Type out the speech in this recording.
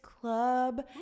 club